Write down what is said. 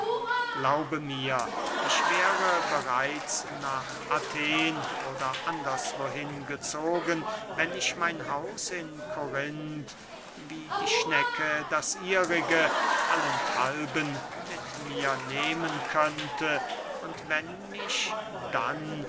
glaube mir ich wäre bereits nach athen oder anderswohin gezogen wenn ich mein haus in korinth wie die schnecke das ihrige allenthalben mit mir nehmen könnte und wenn mich dann